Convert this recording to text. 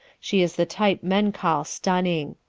she is the type men call stunning.